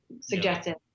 suggested